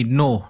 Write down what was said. no